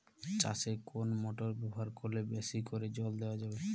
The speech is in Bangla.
চাষে কোন মোটর ব্যবহার করলে বেশী করে জল দেওয়া যাবে?